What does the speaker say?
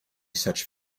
such